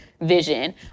vision